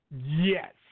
Yes